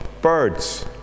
birds